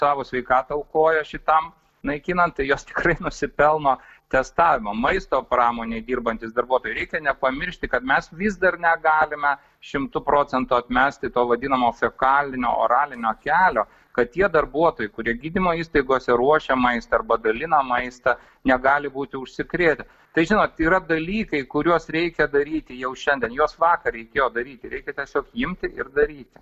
savo sveikatą aukoja šitam naikinant tai jos tikrai nusipelno testavimo maisto pramonėj dirbantys darbuotojai reikia nepamiršti kad mes vis dar negalime šimtu procentų atmesti to vadinamo fekalinio oralinio kelio kad tie darbuotojai kurie gydymo įstaigose ruošia maistą arba dalina maistą negali būti užsikrėtę tai žinot yra dalykai kuriuos reikia daryti jau šiandien juos vakar reikėjo daryti reikia tiesiog imti ir daryti